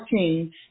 14